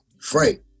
Frank